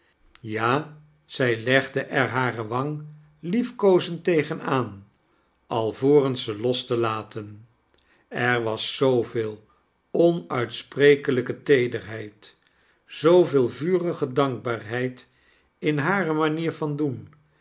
ja zij legde er hare wang liefkoozend tegen aan alvorens ze los te laten er was zooveel omritsprekelijke teederheid zooveel vurige dankbaarheid in liare manier van doen